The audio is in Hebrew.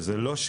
וזה לא,